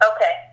Okay